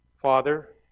Father